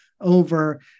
over